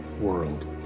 world